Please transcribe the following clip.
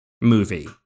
movie